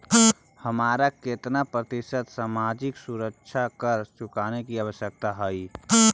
हमारा केतना प्रतिशत सामाजिक सुरक्षा कर चुकाने की आवश्यकता हई